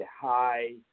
high